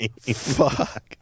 Fuck